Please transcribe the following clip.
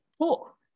cool